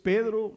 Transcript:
Pedro